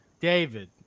David